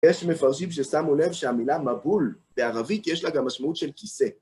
יש מפרשים ששמו לב שהמילה מבול בערבית, יש לה גם משמעות של כיסא.